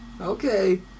okay